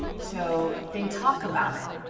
so they talk about it.